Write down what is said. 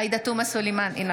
עאידה תומא סלימאן, אינה